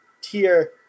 tier